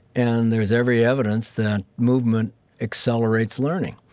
and there's every evidence that movement accelerates learning.